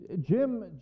Jim